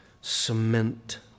cement